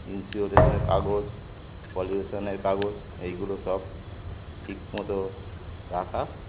ইন্সুরেন্সের কাগজ পলিউশান কাগজ এইগুলো সব ঠিক মতো রাখা